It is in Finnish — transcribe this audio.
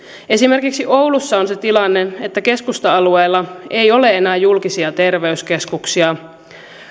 esimerkiksi oulussa on se tilanne että keskusta alueella ei ole enää julkisia terveyskeskuksia